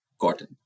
cotton